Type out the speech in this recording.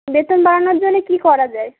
বেতন বাড়ানোর জন্যে কী করা যায়